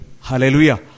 Hallelujah